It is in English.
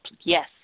yes